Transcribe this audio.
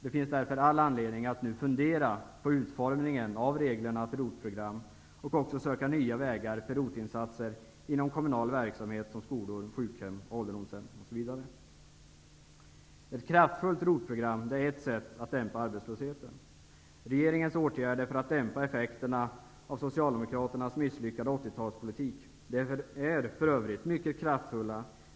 Det finns därför all anledning att nu fundera över reglerna för ROT program och söka nya vägar för ROT-insatser inom kommunal verksamhet, som skolor, sjukhem, ålderdomshem osv. Ett kraftfullt ROT-program är ett sätt att dämpa arbetslösheten. Regeringens åtgärder för att dämpa effekterna av socialdemokraternas misslyckade 1980-talspolitik är för övrigt mycket kraftfulla.